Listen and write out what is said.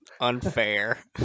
Unfair